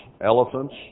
elephants